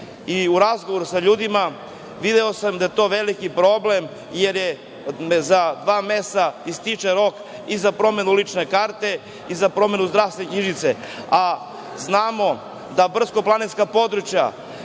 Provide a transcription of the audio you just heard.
i u razgovoru sa ljudima video sa da je to veliki problem jer za dva meseca ističe rok i za promenu lične karte i za promenu zdravstvene knjižice, a znamo da brdsko-planinska područja